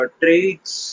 traits